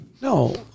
No